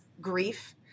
grief